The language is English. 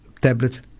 tablets